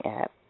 app